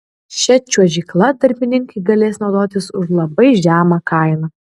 šia čiuožykla darbininkai galės naudotis už labai žemą kainą